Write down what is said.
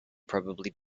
probably